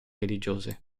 religiose